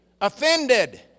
offended